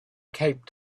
cape